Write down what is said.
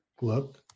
look